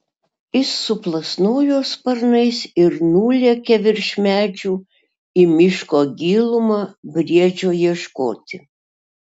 jis suplasnojo sparnais ir nulėkė virš medžių į miško gilumą briedžio ieškoti